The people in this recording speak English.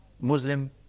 Muslim